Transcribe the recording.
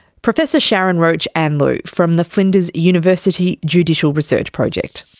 professor sharyn roach anleu from the flinders university judicial research project.